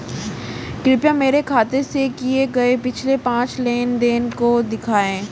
कृपया मेरे खाते से किए गये पिछले पांच लेन देन को दिखाएं